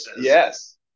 Yes